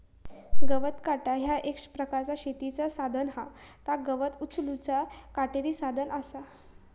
गवत काटा ह्या एक प्रकारचा शेतीचा साधन हा ता गवत उचलूचा काटेरी साधन असा